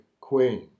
Queen